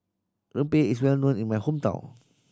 rempeyek is well known in my hometown